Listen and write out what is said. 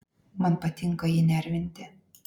man patinka jį nervinti